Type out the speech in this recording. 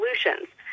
solutions